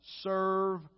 serve